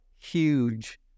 huge